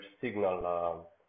signal